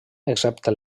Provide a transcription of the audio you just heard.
excepte